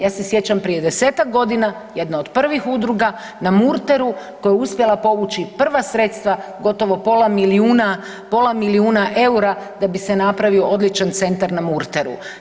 Ja se sjećam prije desetak godina jedna od prvih udruga na Murteru koja je uspjela povući prva sredstva gotovo pola milijuna eura da bi se napravio odličan centar na Murteru.